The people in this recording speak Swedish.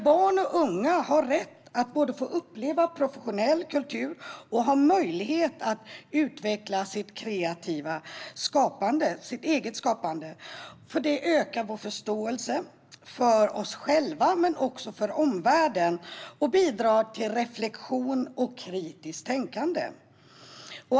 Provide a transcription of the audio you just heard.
Barn och unga har rätt att både få uppleva professionell kultur och ha möjlighet att utveckla sitt eget skapande. Det ökar vår förståelse för oss själva, men också för omvärlden, och bidrar till reflektion och kritiskt tänkande.